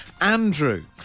Andrew